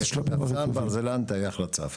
טפסן, ברזלן, טייח ורצף.